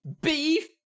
beef